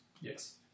yes